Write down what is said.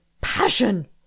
passion